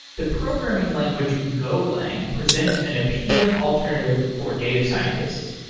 the programming language golang presents an appealing alternative for data scientist.